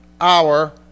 hour